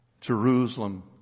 Jerusalem